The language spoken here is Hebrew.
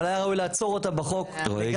אבל היה ראוי לעצור אותה בחוק לגמרי.